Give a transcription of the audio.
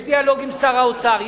יש דיאלוג עם שר האוצר,